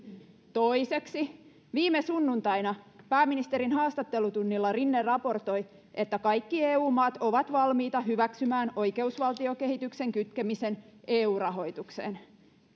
toiseksi viime sunnuntaina pääministerin haastattelutunnilla rinne raportoi että kaikki eu maat ovat valmiita hyväksymään oikeusvaltiokehityksen kytkemisen eu rahoitukseen